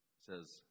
says